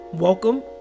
Welcome